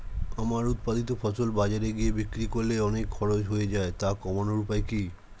আমার উৎপাদিত ফসল বাজারে গিয়ে বিক্রি করলে অনেক খরচ হয়ে যায় তা কমানোর উপায় কি?